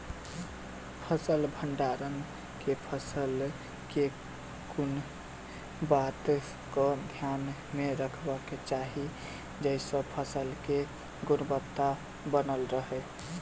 फसल भण्डारण केँ समय केँ कुन बात कऽ ध्यान मे रखबाक चाहि जयसँ फसल केँ गुणवता बनल रहै?